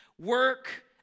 work